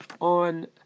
on